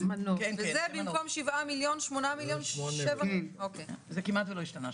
וזה במקום 7 מיליון 8.7. זה כמעט שלא השתנה.